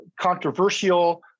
controversial